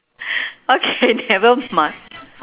okay nevermind